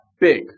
big